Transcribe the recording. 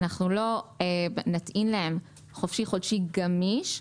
אנחנו לא נטעין להם חופשי חודשי גמיש,